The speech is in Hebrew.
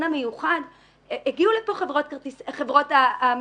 המיוחד הגיעו לכאן חברות המסופים.